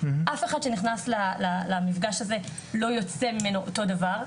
אף אחד שנכנס למפגש הזה לא יוצא ממנו אותו דבר,